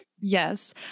yes